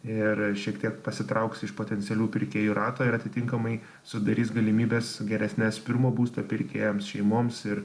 ir šiek tiek pasitrauks iš potencialių pirkėjų rato ir atitinkamai sudarys galimybes geresnes pirmo būsto pirkėjams šeimoms ir